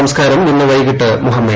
സംസ്കാരം ഇന്ന് വൈകിട്ട് മുഹമ്മയിൽ